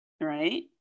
right